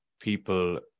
people